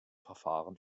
verfahren